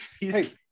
Hey